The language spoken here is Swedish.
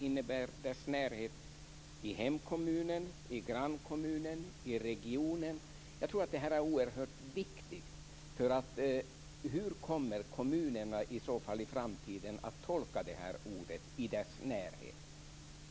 Innebär det i hemkommunen, i grannkommunen eller i regionen? Jag tror att detta är oerhört viktigt. För hur kommer kommunerna i framtiden att tolka ordet "närhet"?